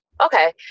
Okay